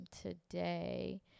today